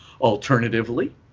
Alternatively